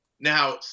now